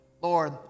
Lord